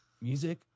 music